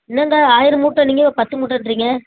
என்னங்க ஆயிரம் மூட்டைன்னீங்க இப்போ பத்து மூட்டைன்றீங்க